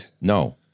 No